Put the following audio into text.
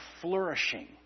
flourishing